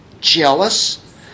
jealous